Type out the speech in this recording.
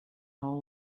whole